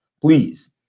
please